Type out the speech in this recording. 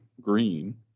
green